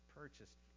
purchased